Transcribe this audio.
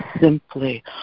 simply